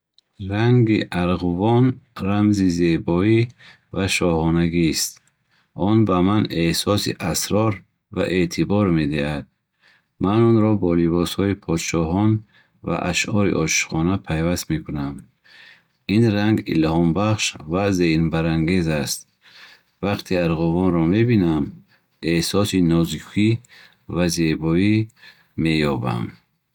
Ранги арғувон рамзи зебоӣ ва шоҳонагист. Он ба ман эҳсоси асрор ва эътибор медиҳад. Ман онро бо либосҳои подшоҳон ва ашъори ошиқона пайваст мекунам. Ин ранг илҳомбахш ва зеҳнбарангез аст. Вақте арғувонро мебинам, эҳсоси нозукӣ ва зебоӣ меёбам.